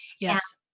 Yes